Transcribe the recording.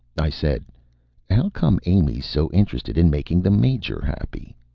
i said how come amy's so interested in making the major happy?